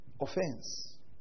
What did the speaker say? Offense